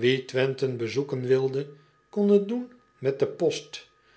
ie wenthe bezoeken wilde kon het doen met de post